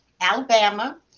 Alabama